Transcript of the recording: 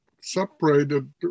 separated